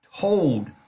told